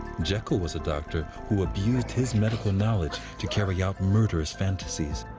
jekyll was a doctor who abused his medical knowledge to carry out murderous fantasies.